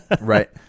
Right